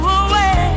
away